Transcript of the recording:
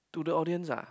to the audience ah